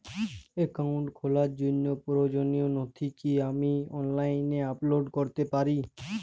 Account খোলার জন্য প্রয়োজনীয় নথি কি আমি অনলাইনে আপলোড করতে পারি?